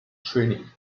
training